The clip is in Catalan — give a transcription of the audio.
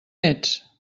ets